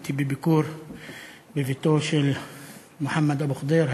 הייתי בביקור בביתו של מוחמד אבו ח'דיר,